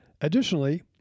Additionally